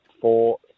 four